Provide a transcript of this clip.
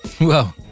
Whoa